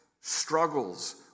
struggles